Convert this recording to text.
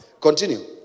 Continue